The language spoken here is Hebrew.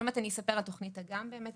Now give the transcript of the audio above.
עוד מעט אני אספר על "תוכנית אגם" באמת,